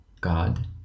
God